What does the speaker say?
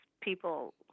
people